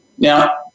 Now